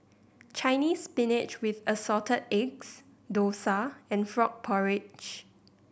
Chinese Spinach with Assorted Eggs dosa and frog porridge